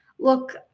Look